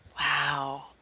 Wow